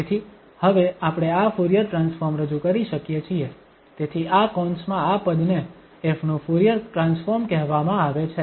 તેથી હવે આપણે આ ફુરીયર ટ્રાન્સફોર્મ રજૂ કરી શકીએ છીએ તેથી આ કૌંસમાં આ પદને ƒ નું ફુરીયર ટ્રાન્સફોર્મ કહેવામાં આવે છે